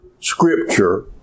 scripture